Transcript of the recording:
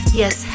yes